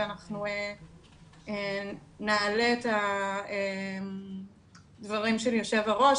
ואנחנו נעלה את הדברים של יושב-הראש